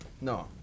No